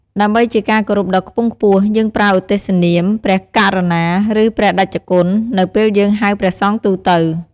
ដើម្បីជាការគោរពដ៏ខ្ពង់ខ្ពស់ យើងប្រើឧទ្ទិសនាម "ព្រះករុណា" ឬ "ព្រះតេជគុណ" នៅពេលយើងហៅព្រះសង្ឃទូទៅ។